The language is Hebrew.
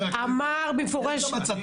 הוא דיבר, אמר במפורש --- יש גם הצתות.